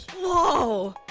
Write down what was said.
whoa!